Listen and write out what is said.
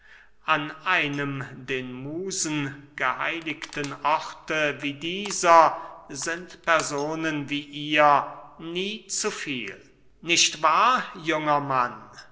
an einem den musen geheiligten orte wie dieser sind personen wie ihr nie zu viel nicht wahr junger mann